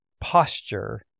posture